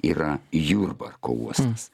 yra jurbarko uostas